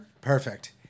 Perfect